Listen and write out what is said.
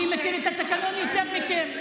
אני מכיר את התקנון יותר מכם.